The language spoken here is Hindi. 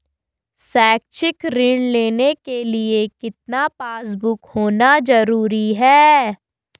शैक्षिक ऋण लेने के लिए कितना पासबुक होना जरूरी है?